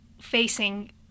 facing